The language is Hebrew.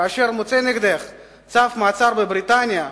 כאשר מוצא נגדך צו מעצר בבריטניה,